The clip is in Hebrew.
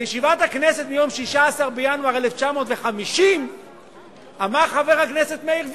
בישיבת הכנסת מיום 16 בינואר 1950 אמר חבר הכנסת מאיר וילנר: